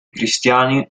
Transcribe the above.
cristiani